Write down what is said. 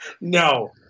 no